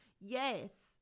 yes